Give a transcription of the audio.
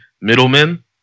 middlemen